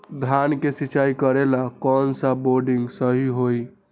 धान के सिचाई करे ला कौन सा बोर्डिंग सही होई?